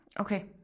Okay